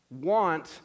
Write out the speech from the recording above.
want